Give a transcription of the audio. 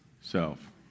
Self